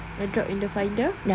AirDrop in the finder